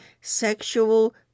sexual